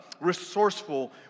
resourceful